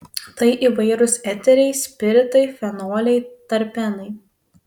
tai įvairūs eteriai spiritai fenoliai terpenai